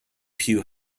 pugh